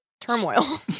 Turmoil